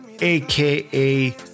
aka